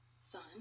son